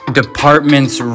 departments